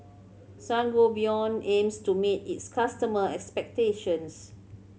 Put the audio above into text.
Sangobion aims to meet its customer expectations